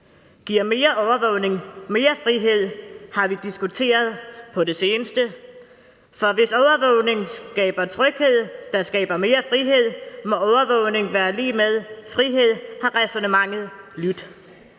Om mere overvågning giver mere frihed, er noget, vi har diskuteret på det seneste, for hvis overvågning skaber tryghed, der så skaber mere frihed, må overvågning være lig med frihed, har ræsonnementet lydt.